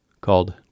called